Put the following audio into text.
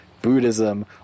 buddhism